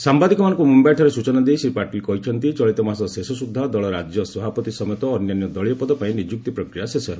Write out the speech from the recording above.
ସାମ୍ବାଦିକମାନଙ୍କୁ ମୁମ୍ବାଇଠାରେ ସୂଚନା ଦେଇ ଶ୍ରୀ ପାଟିଲ କହିଛନ୍ତି ଚଳିତମାସ ଶେଷ ସୁଦ୍ଧା ଦଳ ରାଜ୍ୟ ସଭାପତି ସମେତ ଅନ୍ୟାନ୍ୟ ଦଳୀୟ ପଦ ପାଇଁ ନିଯୁକ୍ତି ପ୍ରକ୍ରିୟା ଶେଷ ହେବ